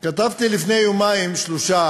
כתבתי לפני יומיים-שלושה,